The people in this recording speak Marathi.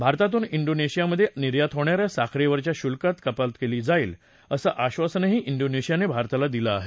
भारतातून डोनेशियामधे निर्यात होणा या साखरेवरच्या शुल्कात कपात केली जाईल असं आश्वासनही डोनेशियानं भारताला दिलं आहे